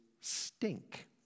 stink